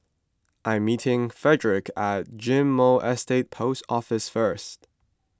I am meeting Fredrick at Ghim Moh Estate Post Office first